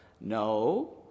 no